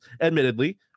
admittedly